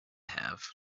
have